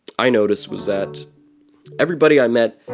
i noticed was that everybody i met,